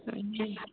جی